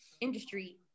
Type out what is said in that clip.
industry